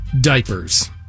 diapers